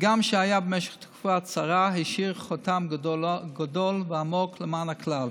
והגם שהיה במשך תקופה קצרה השאיר חותם גדול ועמוק למען הכלל.